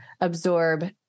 absorb